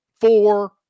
four